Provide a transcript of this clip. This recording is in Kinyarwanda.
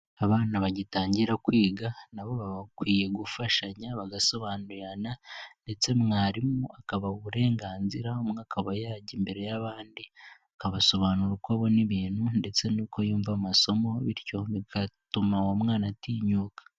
Abana bagitangira kwiga nabo ba bakwiye gufashanya bagasobanurirana ndetse mwarimu akabaha uburenganzira umwe akaba yajya imbere y'abandi akabasobanurira uko abona ibintu ndetse n'uko yumva amasomo bityo bigatuma uwo mwana atinyuka.